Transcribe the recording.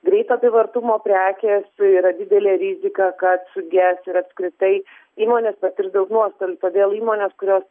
greito apyvartumo prekės yra didelė rizika kad suges ir apskritai įmonės patirs daug nuostolių todėl įmonės kurios